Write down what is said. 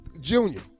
Junior